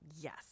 yes